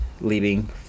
leaving